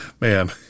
man